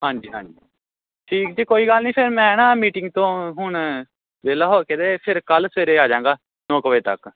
ਹਾਂਜੀ ਹਾਂਜੀ ਠੀਕ ਜੀ ਕੋਈ ਗੱਲ ਨਹੀਂ ਫੇਰ ਮੈਂ ਨਾ ਮੀਟਿੰਗ ਤੋਂ ਹੁਣ ਵਿਹਲਾ ਹੋ ਕੇ ਅਤੇ ਫਿਰ ਕੱਲ ਸਵੇਰੇ ਆ ਜਾਵਾਂਗਾ ਨੌ ਕੁ ਵਜੇ ਤੱਕ